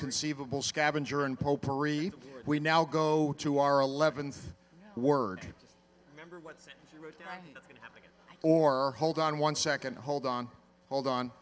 conceivable scavenger and popery we now go to our eleventh word or hold on one second hold on hold on